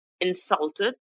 insulted